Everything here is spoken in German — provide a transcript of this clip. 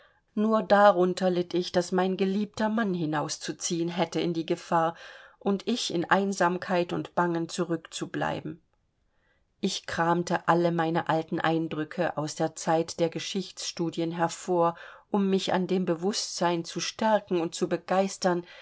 nur darunter litt ich daß mein geliebter mann hinauszuziehen hätte in die gefahr und ich in einsamkeit und bangen zurückzubleiben ich kramte alle meine alten eindrücke aus der zeit der geschichtsstudien hervor um mich an dem bewußtsein zu stärken und zu begeistern